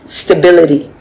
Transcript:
stability